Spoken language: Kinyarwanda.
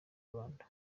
rwanda